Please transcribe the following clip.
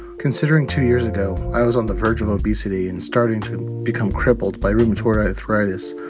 considering two years ago i was on the verge of obesity and starting to become crippled by rheumatoid arthritis,